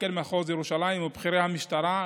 מפקד מחוז ירושלים ובכירי המשטרה,